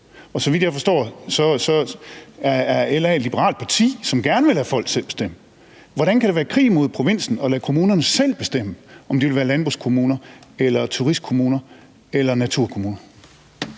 og så vidt jeg forstår, er LA et liberalt parti, som gerne vil lade folk selv bestemme. Hvordan kan det være krig imod provinsen at lade kommunerne selv bestemme, om de vil være landbrugskommuner, turistkommuner eller naturkommuner?